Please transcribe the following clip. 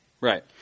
Right